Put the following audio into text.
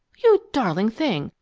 you darling thing!